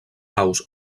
aus